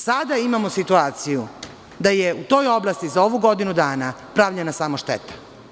Sada imamo situaciju da je u toj oblasti za ovu godinu dana pravljena samo šteta.